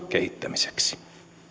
kehittämiseksi